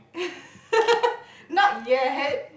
not yet